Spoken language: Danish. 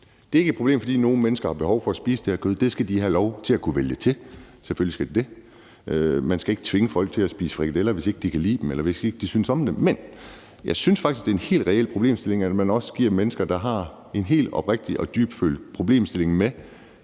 Det er ikke et problem, fordi nogle mennesker har behov for at spise det her kød. Det skal de have lov til at kunne vælge til, selvfølgelig skal de det. Man skal ikke tvinge folk til at spise frikadeller, hvis de ikke kan lide dem, eller hvis de ikke synes om dem. Men jeg synes faktisk, det er en helt reel problemstilling, at der også er mennesker, der har en helt oprigtig og dybtfølt problemstilling med,